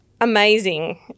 Amazing